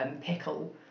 pickle